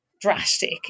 drastic